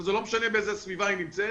וזה לא משנה באיזו סביבה בית הספר נמצא,